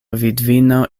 vidvino